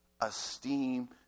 esteem